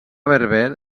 berber